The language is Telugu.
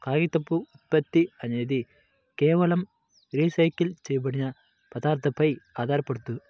కాగితపు ఉత్పత్తి అనేది కేవలం రీసైకిల్ చేయబడిన పదార్థాలపై ఆధారపడదు